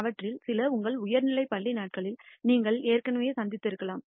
அவற்றில் சில உங்கள் உயர்நிலைப் பள்ளி நாட்களில் நீங்கள் ஏற்கனவே சந்தித்திருக்கலாம்